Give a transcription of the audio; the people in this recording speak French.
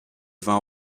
vin